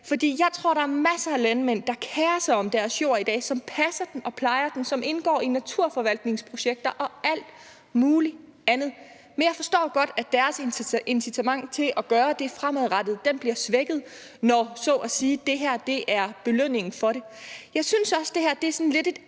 For jeg tror, der er masser af landmænd, der kerer sig om deres jord i dag, som passer og plejer den, og som indgår i naturforvaltningsprojekter og alt muligt andet, men jeg forstår godt, at deres incitamenter til at gøre det fremadrettet bliver svækket, når det her er belønningen for det. Jeg synes også, det her er et lidt